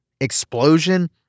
explosion